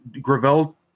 Gravel